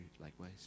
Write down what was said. likewise